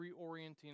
reorienting